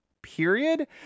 Period